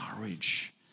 courage